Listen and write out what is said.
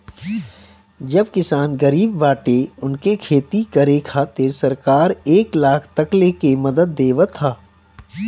जवन किसान गरीब बाटे उनके खेती करे खातिर सरकार एक लाख तकले के मदद देवत ह